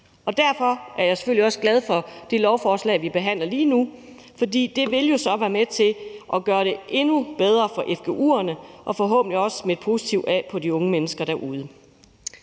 Derfor er jeg selvfølgelig også glad for det lovforslag, vi behandler lige nu, for det vil jo så være med til at gøre det endnu bedre for fgu-uddannelserne og forhåbentlig også smitte positivt af på de unge mennesker derude.